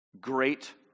Great